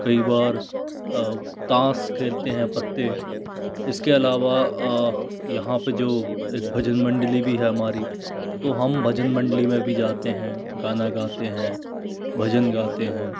कई बार ताश खेलते हैं पत्ते इसके अलावा यहाँ पे जो एक भजन मंडली भी है हमारी तो हम भजन मंडली में भी जाते हैं गाना गाते हैं भजन गाते हैं